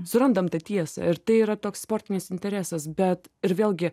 surandam tą tiesą ir tai yra toks sportinis interesas bet ir vėlgi